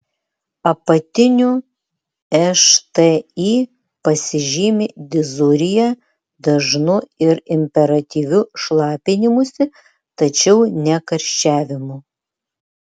apatinių šti pasižymi dizurija dažnu ir imperatyviu šlapinimusi tačiau ne karščiavimu